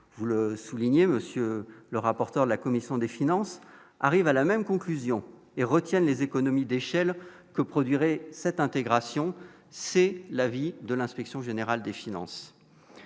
vous le soulignez Monsieur le rapporteur de la commission des finances, arrivent à la même conclusion et retiennent les économies d'échelle que produirait cette intégration, c'est l'avis de l'Inspection générale des finances,